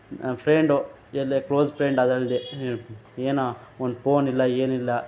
friend ಎಲ್ಲಿ close friend ಅದಲ್ಲದೆ ನೀನು ಏನೊ ಒಂದು ಫೋನಿಲ್ಲ ಏನಿಲ್ಲ